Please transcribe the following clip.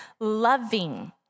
loving